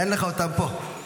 אין לך אותן פה.